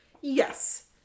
Yes